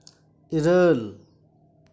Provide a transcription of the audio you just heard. ᱤᱨᱟᱹᱞ